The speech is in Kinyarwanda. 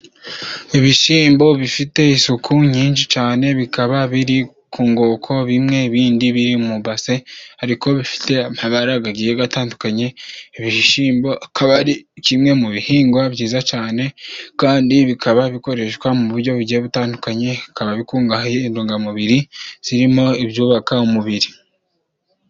Ibishyimbo bifite isuku nyinshi cyane bikaba biri ku ngoko bimwe bindi biri mu base, ariko bifite amabara gagiye gatandukanye, ibishyimbo akaba ari kimwe mu bihingwa byiza cyane kandi bikaba bikoreshwa mu buryo bugiye butandukanye, bikaba bikungahaye intungamubiri zirimo ibyubaka umubiri.